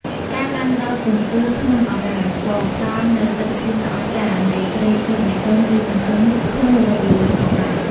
ការឡើងដល់កំពូលភ្នំឱរ៉ាល់ក៏ផ្តល់នូវទិដ្ឋភាពដ៏អស្ចារ្យនៃព្រៃឈើបៃតងលាតសន្ធឹងធំល្វឹងល្វើយផងដែរ។